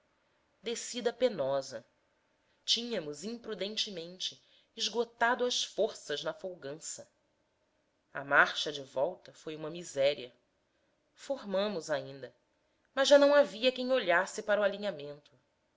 descida descida penosa tínhamos imprudentemente esgotado as forças na folgança a marcha de volta foi uma miséria formamos ainda mas já não havia quem olhasse para o alinhamento